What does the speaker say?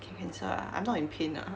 can cancel ah I'm not in pain ah